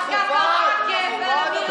איזה ירושלים מאוחדת?